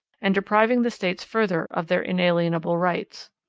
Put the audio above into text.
and depriving the states further of their inalienable rights.